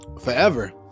forever